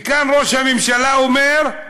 וכאן ראש הממשלה אומר: